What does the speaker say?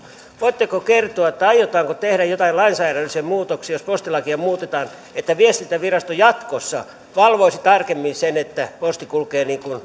voitteko kertoa aiotaanko tehdä joitain lainsäädännöllisiä muutoksia jos postilakia muutetaan että viestintävirasto jatkossa valvoisi tarkemmin sen että posti kulkee niin kuin